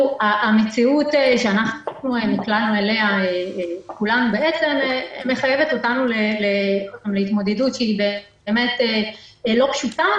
המציאות שנקלענו אליה מחייבת אותנו להתמודדות לא פשוטה.